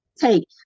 take